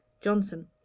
Johnson